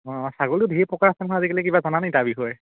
অঁ ছাগলীটো ঢেৰ প্ৰকাৰ আছে নহয় আজিকালি কিবা জানা নেকি তাৰ বিষয়ে